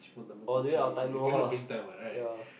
oh during our time no ah ya